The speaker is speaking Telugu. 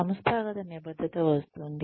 సంస్థాగత నిబద్ధత వస్తుంది